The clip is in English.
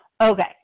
Okay